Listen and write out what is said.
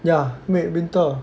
yeah mate winter